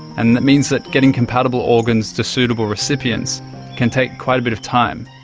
and that means that getting compatible organs to suitable recipients can take quite a bit of time.